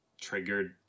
triggered